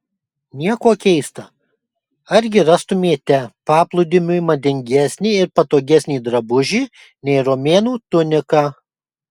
nieko keista argi rastumėte paplūdimiui madingesnį ir patogesnį drabužį nei romėnų tunika